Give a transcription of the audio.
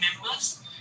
members